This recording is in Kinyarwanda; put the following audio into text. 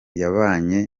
yabanye